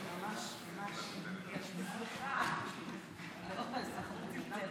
בבקשה, חבר הכנסת אבוטבול,